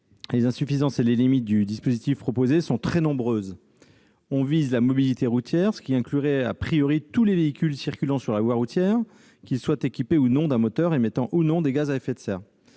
les insuffisances et les limites du dispositif proposé sont très nombreuses. On vise la mobilité routière, ce qui inclurait tous les véhicules circulant sur la voirie routière, qu'ils soient équipés ou non d'un moteur émettant ou non des gaz à effet de serre